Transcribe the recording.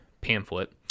pamphlet